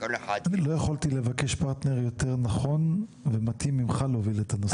לא יכולתי לבקש פרטנר יותר נכון ומתאים להוביל איתך את הנושא.